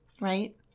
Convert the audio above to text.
right